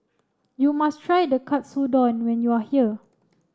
you must try the Katsudon when you are here